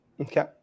Okay